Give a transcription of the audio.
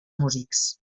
músics